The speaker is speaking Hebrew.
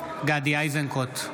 גדי איזנקוט,